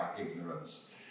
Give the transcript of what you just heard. ignorance